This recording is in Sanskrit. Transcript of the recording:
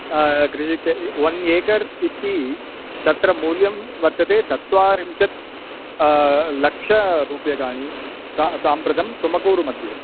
कृषि वन् एकर् इति त त्र मूल्यं वर्तते चत्वारिंशत् लक्षरूप्यकाणि सा साम्प्रतं तुमकूरु मध्ये